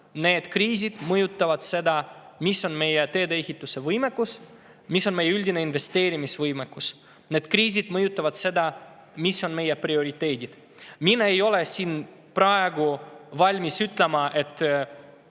paratamatult mõjutavad seda, milline on meie teedeehitusvõimekus, milline on meie üldine investeerimisvõimekus. Need kriisid mõjutavad seda, mis on meie prioriteedid. Mina ei ole siin praegu valmis ütlema, et